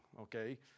okay